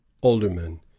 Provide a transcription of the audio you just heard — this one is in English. aldermen